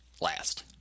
last